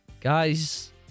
Guys